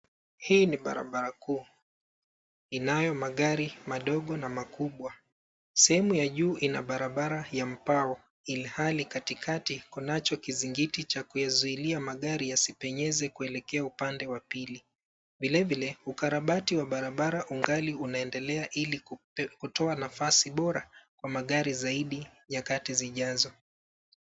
Hii ni barabara kuu. Inayo magari madogo na makubwa. Sehemu ya juu ina barabara ya mpao ilhali katikati kunacho kizingiti cha kuyazuilia magari yasipenyeze kuelekea upande wa pili. Vilevile ukarabati wa barabara ungali unaendelea ili kutoa nafasi bora kwa magari zaidi nyakati zijazo.